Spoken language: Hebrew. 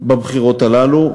בבחירות הללו,